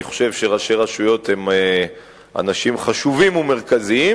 אני חושב שראשי רשויות הם אנשים חשובים ומרכזיים,